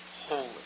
holy